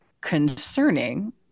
concerning